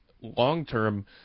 Long-term